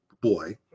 boy